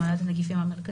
במעבדת הנגיפים המרכזית,